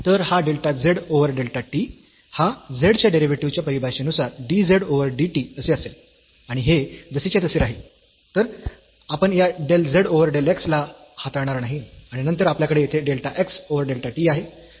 तर हा delta z over delta t हा z च्या डेरिव्हेटिव्ह च्या परिभाषेनुसार dz ओव्हर dt असे असेल आणि हे जसेच्या तसे राहील आपण या del z over del x ला हाताळणार नाही आणि नंतर आपल्याकडे येथे delta x over delta t आहे